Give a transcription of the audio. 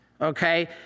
okay